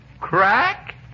Crack